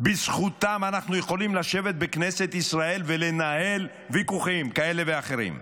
בזכותם אנחנו יכולים לשבת בכנסת ישראל ולנהל ויכוחים כאלה ואחרים.